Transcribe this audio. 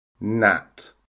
Nat